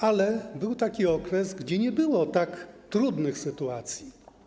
Ale był taki okres, gdzie nie było tak trudnych sytuacji.